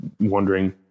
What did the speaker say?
wondering